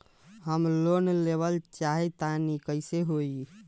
हम लोन लेवल चाह तानि कइसे होई?